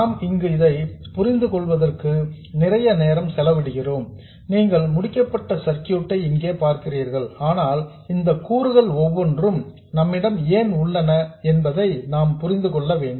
நாம் இங்கு இதை புரிந்து கொள்வதற்கு நிறைய நேரம் செலவிடுகிறோம் நீங்கள் முடிக்கப்பட்ட சர்க்யூட் ஐ இங்கே பார்க்கிறீர்கள் ஆனால் இந்த கூறுகள் ஒவ்வொன்றும் நம்மிடம் ஏன் உள்ளன என்பதை நாம் புரிந்து கொள்ள வேண்டும்